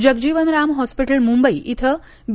Jagjivan Ram hospital Mumbai इथे बी